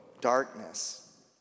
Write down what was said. darkness